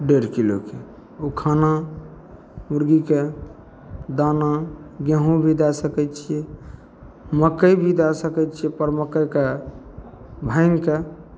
डेढ़ किलोके ओ खाना मुरगीके दाना गेहूँ भी दै सकै छिए मकइ भी दै सकै छिए पर मकइके भाँगिके